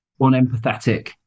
unempathetic